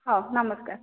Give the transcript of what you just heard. ହଉ ନମସ୍କାର